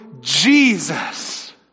Jesus